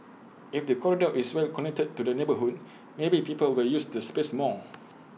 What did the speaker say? if the corridor is well connected to the neighbourhood maybe people will use the space more